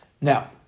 Now